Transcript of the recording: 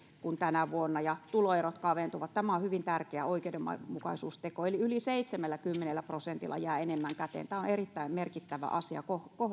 kuin tänä vuonna ja tuloerot kaventuvat tämä on hyvin tärkeä oikeudenmukaisuusteko eli yli seitsemälläkymmenellä prosentilla jää enemmän käteen tämä on erittäin merkittävä asia